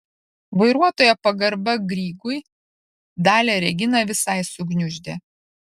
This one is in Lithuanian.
vairuotojo pagarba grygui dalią reginą visai sugniuždė